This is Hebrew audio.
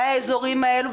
מהאזורים האלה,